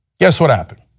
guess what happened?